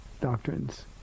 doctrines